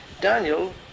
Daniel